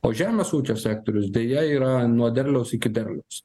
o žemės ūkio sektorius deja yra nuo derliaus iki derliaus